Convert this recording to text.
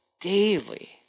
daily